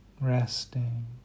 Resting